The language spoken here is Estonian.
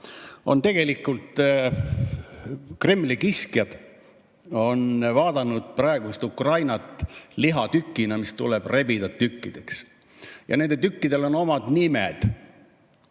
tegelikult Kremli kiskjad on vaadanud praegust Ukrainat lihatükina, mis tuleb rebida tükkideks, ja nendel tükkidel on oma nimed.